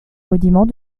rudiments